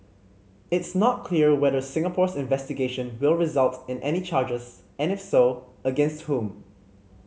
it's not clear whether Singapore's investigation will result in any charges and if so against whom